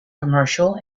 commercial